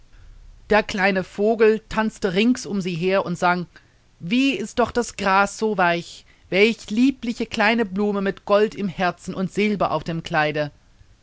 der kleine vogel tanzte rings um sie her und sang wie ist doch das gras so weich welch liebliche kleine blume mit gold im herzen und silber auf dem kleide